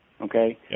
Okay